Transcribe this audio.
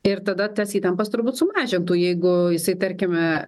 ir tada tas įtampas turbūt sumažintų jeigu jisai tarkime